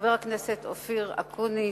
חבר הכנסת אופיר אקוניס,